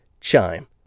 Chime